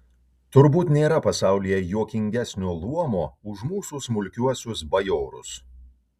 turbūt nėra pasaulyje juokingesnio luomo už mūsų smulkiuosius bajorus